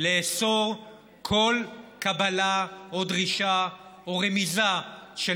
לאסור כל קבלה או דרישה או רמיזה של